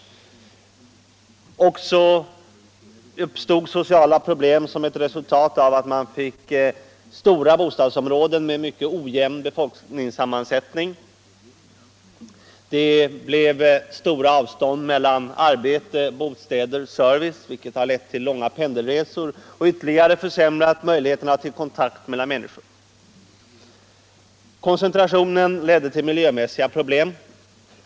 Sociala problem uppstod som ett resultat av att man fick stora bostadsområden med mycket ojämn befolkningssammansättning. Det blev stora avstånd mellan arbete, bostäder och service, vilket har lett till långa pendelresor och ytterligare försämrat möjligheterna till kontakt mellan människor. Koncentrationen ledde till miljömässiga problem.